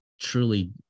truly